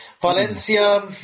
Valencia